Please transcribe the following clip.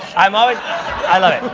i'm always i love it.